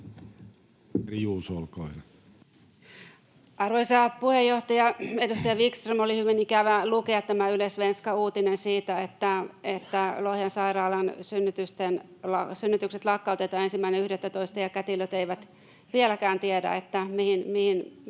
Arvoisa puheenjohtaja! Edustaja Wickström, oli hyvin ikävä lukea tämä Svenska Ylen uutinen siitä, että Lohjan sairaalan synnytykset lakkautetaan 1.12. ja kätilöt eivät vieläkään tiedä, miten